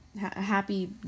Happy